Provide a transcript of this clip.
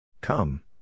Come